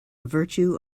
virtue